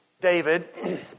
David